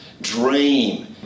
dream